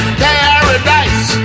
paradise